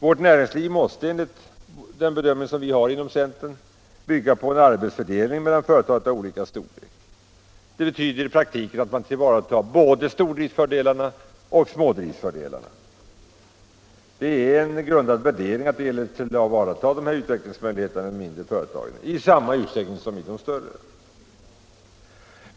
Vårt näringsliv måste enligt den bedömning vi har inom centern bygga på en arbetsfördelning mellan företag av olika storlek. Detta betyder i praktiken att man tillvaratar både stordriftens och smådriftens fördelar. Det gäller att tillvarata utvecklingsmöjligheterna för de mindre företagen i samma utsträckning som för de större.